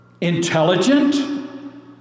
intelligent